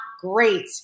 great